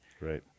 right